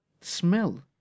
Smell